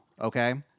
okay